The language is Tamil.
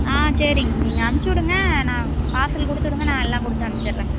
ஆ சரிங்க நீங்கள் அனுப்ச்சுவிடுங்க நான் பார்சல் கொடுத்துவுடுங்க நான் எல்லாம் கொடுத்து அனுப்ச்சிட்டுறேன்